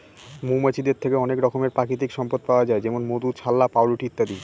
মৌমাছিদের থেকে অনেক রকমের প্রাকৃতিক সম্পদ পাওয়া যায় যেমন মধু, ছাল্লা, পাউরুটি ইত্যাদি